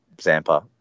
Zampa